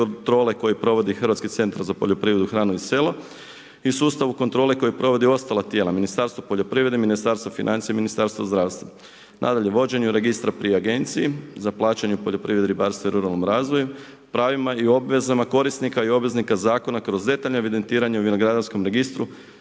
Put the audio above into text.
koju provodi Hrvatski centar za poljoprivredu, hranu i selo i sustavu kontrole koji provode ostala tijela, Ministarstvo poljoprivrede, Ministarstvo financija i Ministarstvo zdravstva. Nadalje vođenje registra pri agenciji za plaćanje u poljoprivredi, ribarstvu i ruralnom razvoju, pravima i obvezama korisnika i obveznika zakona kroz detaljno evidentiranje u vinogradarskom registru,